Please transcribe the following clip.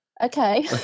Okay